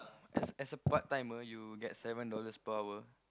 as a as a part timer you get seven dollars per hour